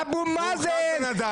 אבו מאזן,